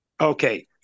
Okay